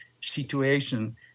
Situation